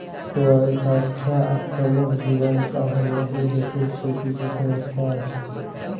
टोळांसारख्या आक्रमक जीवांचा हल्ला ही देखील शेतीची समस्या आहे